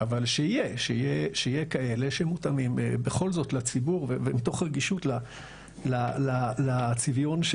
אבל שיהיה כאלה שמותאמים בכל זאת לציבור ומתוך רגישות לצביון של